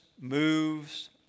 moves